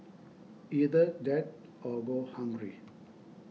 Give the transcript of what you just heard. either that or go hungry